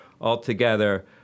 Altogether